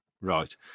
Right